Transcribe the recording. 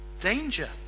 danger